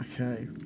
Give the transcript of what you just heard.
Okay